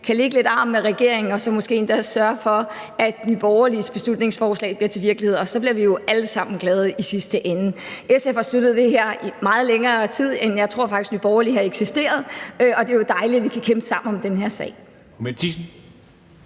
kan lægge lidt arm med regeringen og så måske endda sørge for, at Nye Borgerliges beslutningsforslag bliver til virkelighed, og så bliver vi jo alle sammen glade i sidste ende. SF har støttet det her i meget længere tid, end Nye Borgerlige har eksisteret, tror jeg, og det er jo dejligt, at vi kan kæmpe sammen om den her sag.